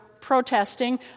protesting